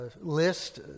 list